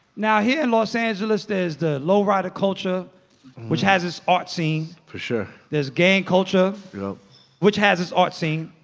now here in los angeles, there's the low-rider culture which has its art scene for sure there's gang culture which has its art scene.